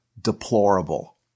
deplorable